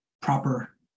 proper